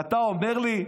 אתה אומר לי: